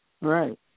Right